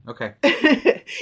Okay